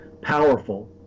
powerful